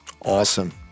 Awesome